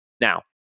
Now